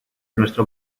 nuestro